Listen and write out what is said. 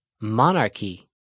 Monarchy